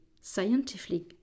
scientifically